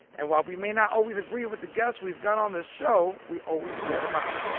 and while we may not always agree with the guests we've got on this show, we always hear them out.